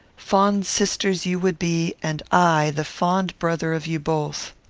fond sisters you would be, and i the fond brother of you both.